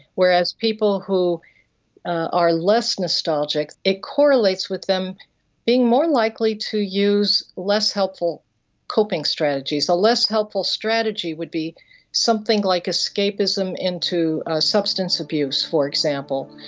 whereas people who are less nostalgic, it correlates with them being more likely to use less helpful coping strategies. a less helpful strategy would be something like escapism into substance abuse, for example,